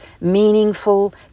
meaningful